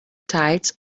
tides